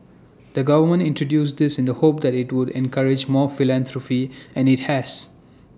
the government introduced this in the hope that IT would encourage more philanthropy and IT has